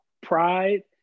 pride